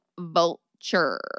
vulture